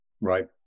Right